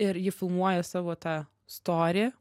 ir ji filmuoja savo tą storį